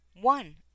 One